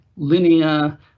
linear